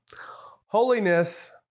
Holiness